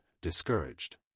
discouraged